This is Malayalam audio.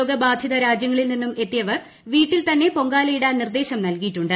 രോഗ ബാധിത രാജ്യങ്ങളിൽ നിന്നും എത്തിയവർ വീട്ടിൽ തന്നെ പൊങ്കാലയി നിർദേശം നൽകിയിട്ടുണ്ട്